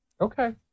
Okay